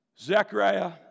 Zechariah